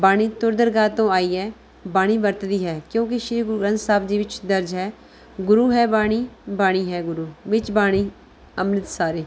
ਬਾਣੀ ਧੁਰ ਦਰਗਾਹ ਤੋਂ ਆਈ ਹੈ ਬਾਣੀ ਵਰਤਦੀ ਹੈ ਕਿਉਂਕਿ ਸ਼੍ਰੀ ਗੁਰੂ ਗ੍ਰੰਥ ਸਾਹਿਬ ਜੀ ਵਿੱਚ ਦਰਜ ਹੈ ਗੁਰੂ ਹੈ ਬਾਣੀ ਬਾਣੀ ਹੈ ਗੁਰੂ ਵਿੱਚ ਬਾਣੀ ਅੰਮ੍ਰਿਤੁ ਸਾਰੇ